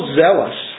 zealous